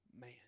man